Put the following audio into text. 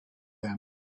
them